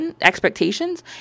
expectations